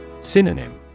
Synonym